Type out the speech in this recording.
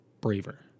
braver